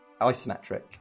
Isometric